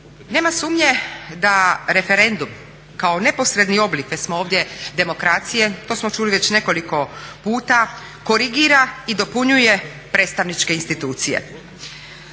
Nema sumnje da referendum kao neposredni oblik demokracije, to smo čuli već nekoliko puta, korigira i dopunjuje predstavničke institucije.